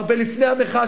הרבה לפני המחאה,